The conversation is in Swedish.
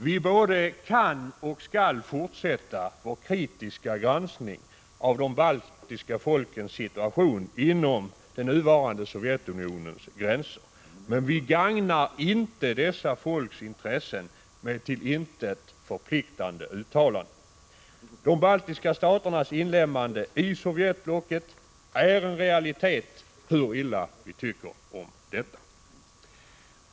Vi både kan och skall fortsätta vår kritiska granskning av de baltiska folkens situation inom den nuvarande Sovjetunionens gränser, men vi gagnar inte dessa folks intressen med till intet förpliktande uttalanden. De baltiska staternas inlemmande i Sovjetblocket är en realitet — hur illa vi än tycker om detta.